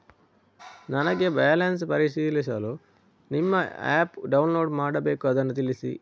ನನಗೆ ಬ್ಯಾಲೆನ್ಸ್ ಪರಿಶೀಲಿಸಲು ನಿಮ್ಮ ಆ್ಯಪ್ ಡೌನ್ಲೋಡ್ ಮಾಡಬೇಕು ಅದನ್ನು ತಿಳಿಸಿ?